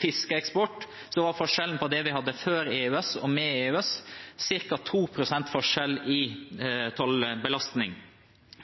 fiskeeksport, er forskjellen på det vi hadde før EØS, og det vi har med EØS, ca. 2 pst. forskjell i tollbelastning.